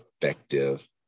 effective